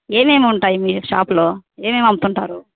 ఏమేమి ఉంటాయి మీ షాప్లో ఏమేమి అమ్ముతుంటారు